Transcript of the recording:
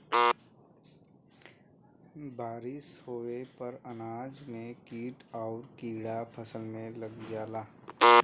बारिस होये पर अनाज में कीट आउर कीड़ा फसल में लग जाला